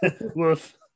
Woof